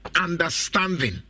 understanding